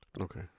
Okay